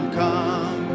come